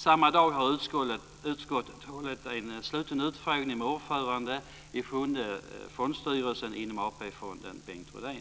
Samma dag har utskottet hållit en sluten utfrågning med ordföranden i Sjunde fondstyrelsen inom AP-fonden, Bengt Rydén.